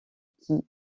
qui